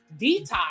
detox